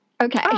Okay